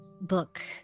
book